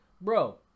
Bro